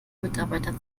mitarbeiter